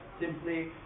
simply